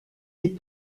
des